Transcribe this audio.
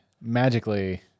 magically